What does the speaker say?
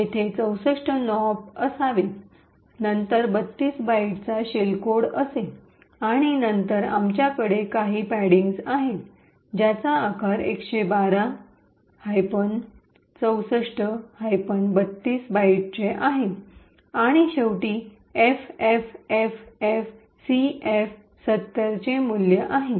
येथे ६४ नोप असावेत नंतर ३२ बाइटचा शेल कोड असेल आणि नंतर आमच्याकडे काही पॅडिंग्ज आहेत ज्याचा आकार ११२ ६४ 3२ बाइटचे आहे आणि शेवटी एफएफएफएफसीएफ७० चे मूल्य आहे